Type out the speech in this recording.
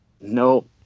No